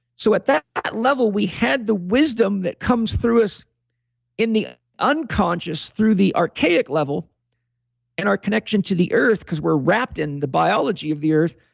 so at that level, we had the wisdom that comes through us in the unconscious, through the archaic level and our connection to the earth because we're wrapped in the biology of the earth.